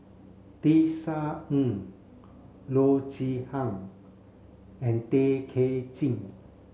Tisa Ng Loo Zihan and Tay Kay Chin